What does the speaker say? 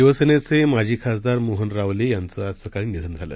शिवसेनेचेमाजीखासदारमोहनरावलेयांचंआजसकाळीनिधनझालं